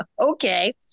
Okay